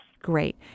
great